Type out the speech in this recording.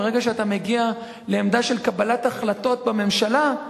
ברגע שאתה מגיע לעמדה של קבלת החלטות בממשלה,